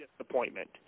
disappointment